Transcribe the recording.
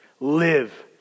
Live